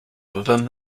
within